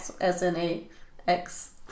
S-N-A-X